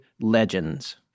LEGENDS